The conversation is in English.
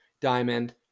diamond